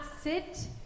sit